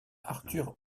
arthur